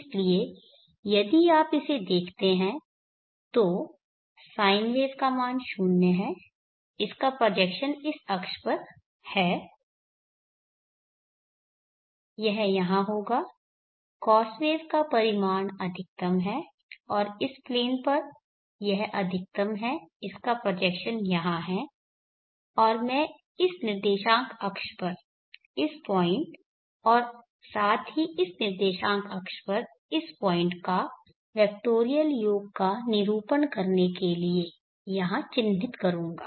इसलिए यदि आप इसे देखते हैं तो साइन वेव का मान 0 है इसका प्रोजेक्शन इस अक्ष पर है यह यहाँ होगा कॉस वेव का परिमाण अधिकतम है और इस प्लेन पर यह अधिकतम है इसका प्रोजेक्शन यहां है और मैं इस निर्देशांक अक्ष पर इस पॉइंट और साथ ही इस निर्देशांक अक्ष इस पॉइंट का वेक्टोरिएल योग का निरूपण करने के लिए यहां चिह्नित करूँगा